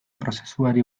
prozesuari